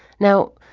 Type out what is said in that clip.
now,